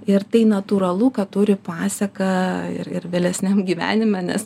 ir tai natūralu kad turi paseką ir ir vėlesniam gyvenime nes